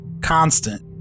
constant